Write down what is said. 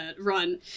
Run